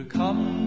come